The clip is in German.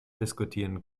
diskutieren